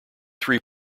three